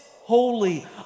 holy